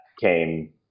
came